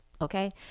okay